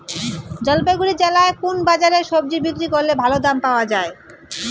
জলপাইগুড়ি জেলায় কোন বাজারে সবজি বিক্রি করলে ভালো দাম পাওয়া যায়?